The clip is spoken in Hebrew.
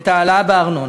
את ההעלאה בארנונה.